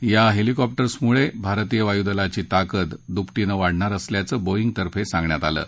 या हेलिकॉप्टर्समुळे भारतीय वायुदलाची ताकद दुपटीनं वाढणार असल्याचं बोईंतर्फे सांगण्यात आलं आहे